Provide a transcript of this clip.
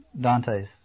Dante's